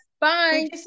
bye